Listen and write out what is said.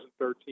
2013